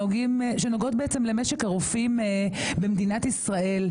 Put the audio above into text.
שנוגעות למשק הרופאים במדינת ישראל,